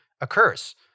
occurs